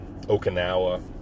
Okinawa